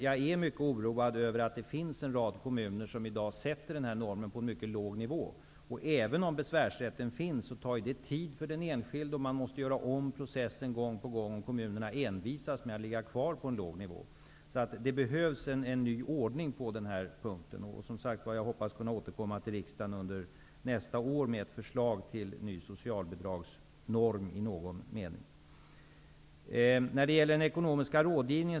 Jag är mycket oroad över att det finns en rad kommuner som i dag lägger normen på en låg nivå. Även om besvärsrätten finns, tar den tid för den enskilde, och processen måste göras om gång på gång om kommunerna envisas med att ligga kvar på en låg nivå. Det behövs en ny ordning på den punkten. Jag hoppas att kunna återkomma till riksdagen under nästa år med förslag till ny socialbidragsnorm i någon mening. Då har vi frågan om ekonomisk rådgivning.